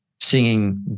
singing